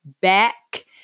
back